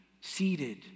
seated